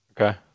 okay